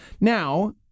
Now